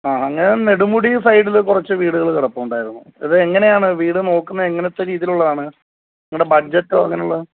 ആ അങ്ങനെ നെടുമുടി സൈഡില് കുറച്ച് വീടുകള് കിടപ്പുണ്ടായിരുന്നു അതെങ്ങനെയാണ് വീട് നോക്കുന്നത് എങ്ങനത്തെ രീതിയിലുള്ളതാണ് നിങ്ങളുടെ ബഡ്ജറ്റോ അങ്ങനെയുള്ള